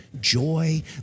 joy